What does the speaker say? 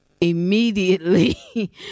immediately